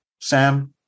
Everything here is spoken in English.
Sam